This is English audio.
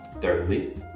Thirdly